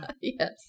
Yes